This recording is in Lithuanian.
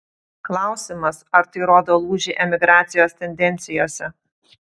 klausimas ar tai rodo lūžį emigracijos tendencijose